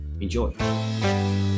enjoy